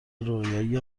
رویایی